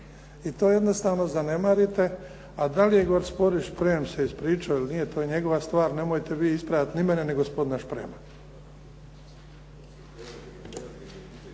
I to jednostavno zanemarite, a da li je gospodin Šprem se ispričao ili nije to je njegova stvar. Nemojte vi ispravljati ni mene ni gospodina Šprema.